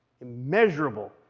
Immeasurable